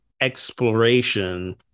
exploration